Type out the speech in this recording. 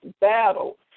battle